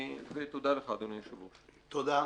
תודה לך,